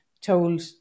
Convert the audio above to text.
told